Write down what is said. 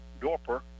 Dorper